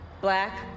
black